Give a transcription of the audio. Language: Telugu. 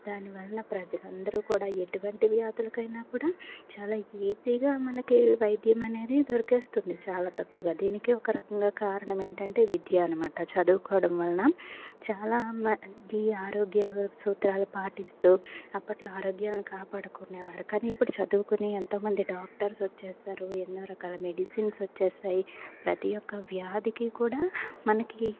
దానివలన ప్రజలు అందరూ కూడా ఎటువంటి వ్యాధులుకైనా కూడా చాలా ఈజీగా మనకి వైద్యం అనేది దొరికేస్తుంది చాలా తక్కువగా దీనికి ఒక రకంగా కారణమేంటంటే విద్య అనమాట చదువుకోవడం వలన చాలా మనకి ఈ ఆరోగ్య సూత్రాలు పాటిస్తూ అప్పట్లో ఆరోగ్యాన్ని కాపాడుకునేవారు కానీ ఇప్పుడు చదువుకొని ఎంతోమంది డాక్టర్స్ వచ్చేసారు ఎన్నో రకాల మెడిసిన్స్ వచ్చేసాయి ప్రతి ఒక్క వ్యాధికి కూడా మనకి